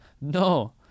No